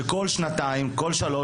כשכל שנתיים-שלוש,